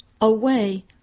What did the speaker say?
away